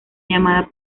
llamada